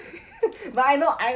but I know I